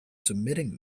submitting